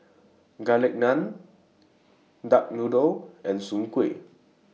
Garlic Naan Duck Noodle and Soon Kuih